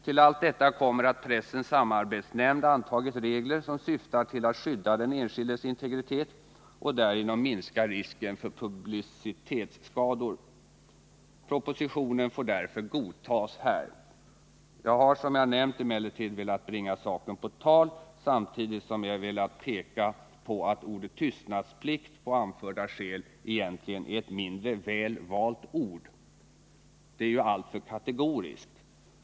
Till.allt detta kommer att pressens samarbetsnämnd antagit regler som syftar till att skydda den enskildes integritet och därigenom minska risken för publicitetsskador. Propositionen får därför godtas här. Jag har — som jag nämnt — emellertid velat bringa saken på tal samtidigt som jag velat peka på att ordet tystnadsplikt av anförda skäl egentligen är ett mindre väl valt ord. Det är alltför kategoriskt.